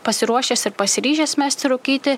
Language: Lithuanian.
pasiruošęs ir pasiryžęs mesti rūkyti